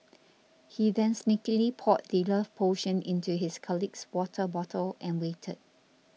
he then sneakily poured the love potion into his colleague's water bottle and waited